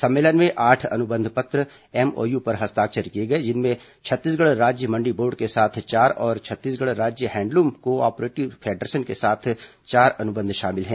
सम्मेलन में आठ अनुबंध पत्र एमओयू पर हस्ताक्षर किए गए जिनमें छत्तीसगढ़ राज्य मंडी बोर्ड के साथ चार और छत्तीसगढ़ राज्य हैंडलूम को ऑपरेटिव फेडरेशन के साथ चार अनुबंध शामिल हैं